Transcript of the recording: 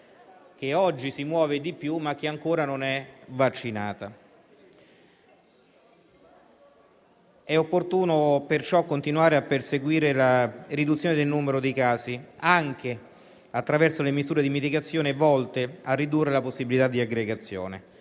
che oggi si muove di più, ma che ancora non è vaccinata. È opportuno perciò continuare a perseguire la riduzione del numero dei casi anche attraverso le misure di mitigazione volte a ridurre la possibilità di aggregazione.